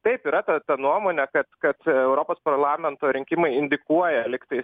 taip yra ta ta nuomonė kad kad europos parlamento rinkimai indikuoja lygtais